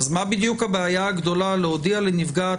אז מה בדיוק הבעיה הגדולה להודיע לנפגעת